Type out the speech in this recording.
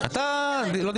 אתה לא דיברת?